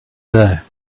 there